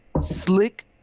slick